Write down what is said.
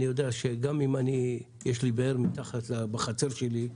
אני יודע שגם אם יש לי באר בחצר שלי,